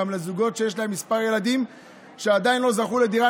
גם לזוגות שיש להם כמה ילדים ועדיין לא זכו לדירה,